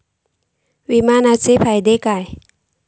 विमाचो फायदो काय?